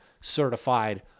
certified